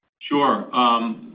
Sure